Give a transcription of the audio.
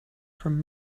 from